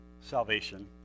salvation